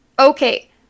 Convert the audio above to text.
Okay